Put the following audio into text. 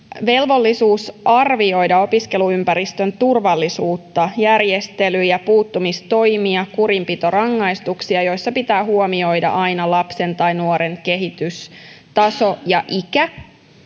velvollisuus arvioida opiskeluympäristön turvallisuutta järjestelyjä puuttumistoimia ja kurinpitorangaistuksia joissa pitää aina huomioida lapsen tai nuoren kehitystaso ja ikä tässä